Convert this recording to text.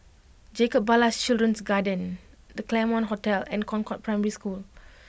Jacob Ballas Children's Garden The Claremont Hotel and Concord Primary School